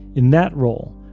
in that role,